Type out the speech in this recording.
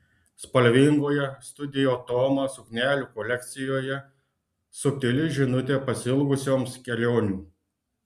spalvingoje studio toma suknelių kolekcijoje subtili žinutė pasiilgusioms kelionių